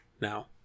now